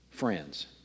friends